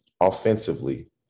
offensively